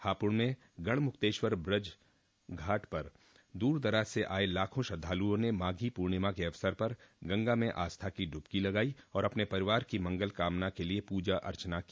हापुड़ में गढ़मुक्तेश्वर ब्रज घाट पर दूर दराज से आये लाखों श्रद्वालुओं ने माघी पूर्णिमा के अवसर पर गंगा में आस्था की डुबकी लगाई और अपने परिवार की मंगल कामना के लिये पूजा अर्चना की